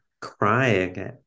crying